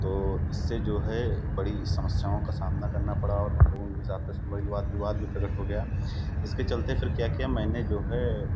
तो इससे जो है बड़ी समस्याओं का सामना करना पड़ा और हम लोगों के बीच आपस में बड़ी वाद विवाद भी प्रगट हो गया इसके चलते फिर क्या किया मैंने जो है